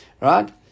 Right